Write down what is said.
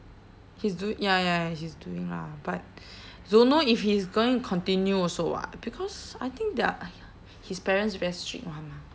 he's doi~ ya ya he's doing lah but don't know if he's going to continue also [what] because I think their his parents very strict [one] mah